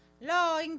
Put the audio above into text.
Lo